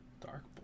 dark